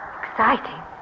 exciting